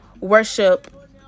worship